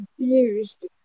abused